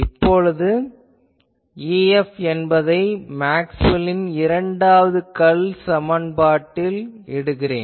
இப்பொழுது EF என்பதை Maxwell ன் இரண்டாவது கர்ல் சமன்பாட்டில் நான் இடுகிறேன்